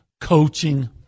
coaching